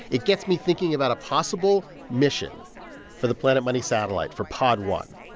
it gets me thinking about a possible mission for the planet money satellite, for pod one.